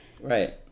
Right